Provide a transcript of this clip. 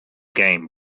game